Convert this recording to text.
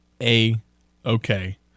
A-okay